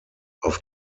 auf